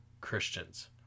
Christians